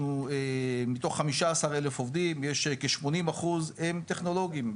אנחנו מתוך חמישה עשר אלף עובדים יש כ 80% הם טכנולוגים.